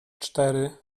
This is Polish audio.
cztery